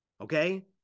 okay